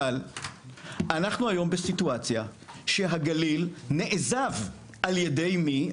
אבל אנחנו היום בסיטואציה שהגליל נעזב, על ידי מי?